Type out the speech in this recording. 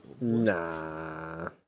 Nah